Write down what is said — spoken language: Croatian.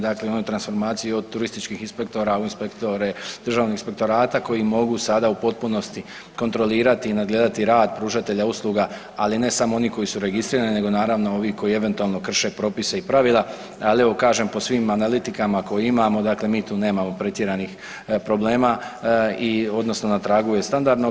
Dakle, u onim transformaciji od turističkih inspektora u inspektore državnog inspektorata koji mogu sada u potpunosti kontrolirati i nadgledati rad pružatelja usluga, ali ne samo onih koji su registrirani nego naravno ovi koji eventualno krše propise i pravila, ali evo kažem po svim analitikama koje imamo, dakle mi tu nemamo pretjeranih problema i odnosno na tragu je standardnoga.